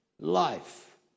life